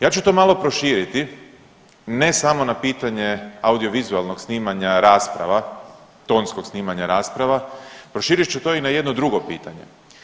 Ja ću to malo proširiti ne samo na pitanje audio vizualnog snimanja rasprava, tonskog snimanja rasprava proširit ću to i na jedno drugo pitanje.